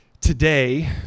Today